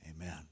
Amen